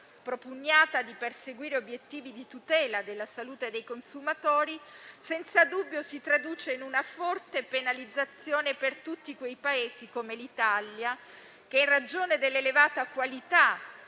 propugnata di perseguire obiettivi di tutela della salute dei consumatori, senza dubbio si traduce in una forte penalizzazione per tutti quei Paesi che, come l'Italia, in ragione dell'elevata qualità